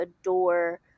adore